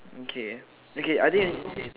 okay okay are they